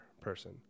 person